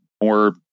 more